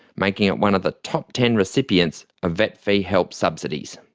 making it one of the top ten recipients of vet fee-help subsidies.